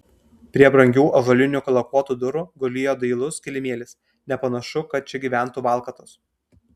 prie brangių ąžuolinių lakuotų durų gulėjo dailus kilimėlis nepanašu kad čia gyventų valkatos